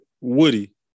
Woody